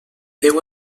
déu